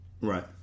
Right